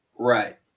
Right